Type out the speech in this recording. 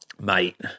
mate